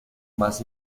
más